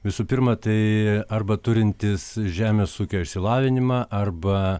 visų pirma tai arba turintis žemės ūkio išsilavinimą arba